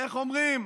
איך אומרים,